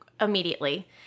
immediately